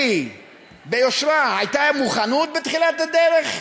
אלי, ביושרה, הייתה מוכנות בתחילת הדרך?